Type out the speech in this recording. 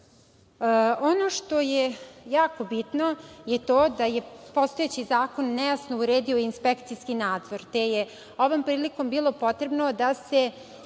što je jako bitno je to da je postojeći zakon nejasno uredio inspekcijski nadzor, te je ovom prilikom bilo potrebno da se